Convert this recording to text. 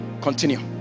Continue